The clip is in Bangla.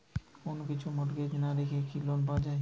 কোন কিছু মর্টগেজ না রেখে কি লোন পাওয়া য়ায়?